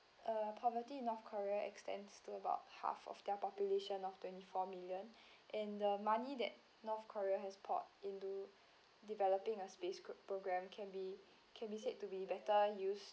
uh poverty in north korea extends to about half of their population of twenty four million and the money that north korea has poured into developing a space program can be can be said to be better use